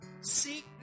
seek